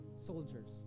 soldiers